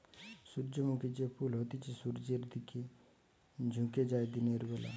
সূর্যমুখী যে ফুল হতিছে সূর্যের দিকে ঝুকে যায় দিনের বেলা